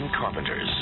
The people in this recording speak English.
Carpenter's